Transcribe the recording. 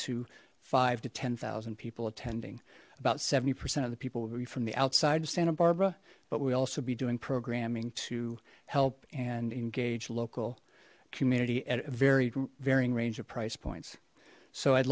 to five to ten thousand people attending about seventy percent of the people will be from the outside of santa barbara but we also be doing programming to help and engage local community at a very varying range of price points so i'd